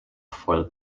for